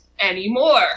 anymore